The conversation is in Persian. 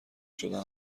شدن